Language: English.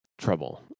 trouble